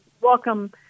welcome